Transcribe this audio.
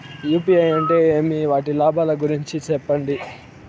UPI అంటే ఏమి? వాటి లాభాల గురించి సెప్పండి?